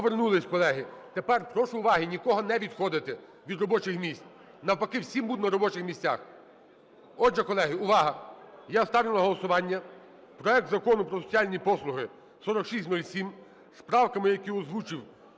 Повернулись, колеги. Тепер прошу уваги! Нікому не відходити від робочих місць, навпаки всім бути на робочих місцях. Отже, колеги, увага! Я ставлю на голосування проект Закону про соціальні послуги (4607) з правками, які озвучив